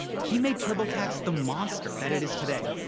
he made turbotax the monster that it is today.